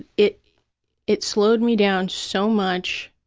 it it slowed me down so much